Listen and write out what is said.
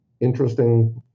interesting